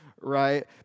right